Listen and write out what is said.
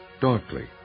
darkly